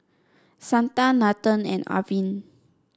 Santha Nathan and Arvind